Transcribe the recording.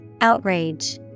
Outrage